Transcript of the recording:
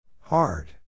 Hard